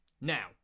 Now